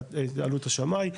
בדיקת עלות השמאי,